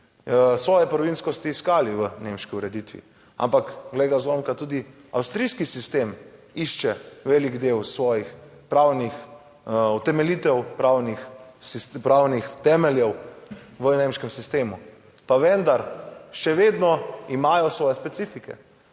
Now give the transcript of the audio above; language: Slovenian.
svoje prvinskosti iskali v nemški ureditvi. Ampak glej ga zlomka, tudi avstrijski sistem išče velik del svojih pravnih utemeljitev, pravnih pravnih temeljev v nemškem sistemu, pa vendar še vedno imajo svoje specifike.